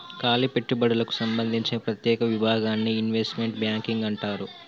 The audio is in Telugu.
కాలి పెట్టుబడులకు సంబందించిన ప్రత్యేక విభాగాన్ని ఇన్వెస్ట్మెంట్ బ్యాంకింగ్ అంటారు